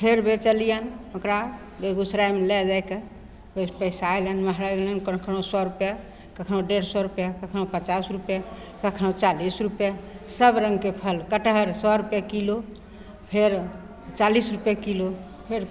फेर बेचलिअनि ओकरा बेगूसरायमे लै जाके किछु पइसा अएलनि कखनहु सओ रुपैआ कखनहु डेढ़ सओ रुपैआ कखनहु पचास रुपैआ कखनहु चालिस रुपैआ सब रङ्गके फल कटहर सओ रुपैए किलो फेर चालिस रुपैए किलो फेर